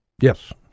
Yes